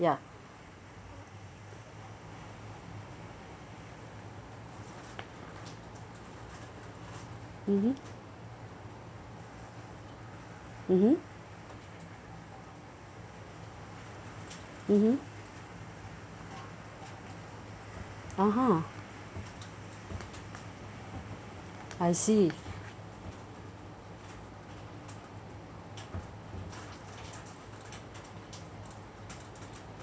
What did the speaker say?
ya mmhmm mmhmm mmhmm (uh huh) I see